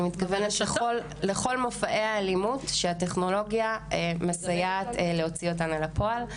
אני מתכוונת לכל מופעי האלימות שהטכנולוגיה מסייעת להוציא אותן לפועל.